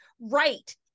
right